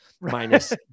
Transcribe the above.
minus